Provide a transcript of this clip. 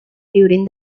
during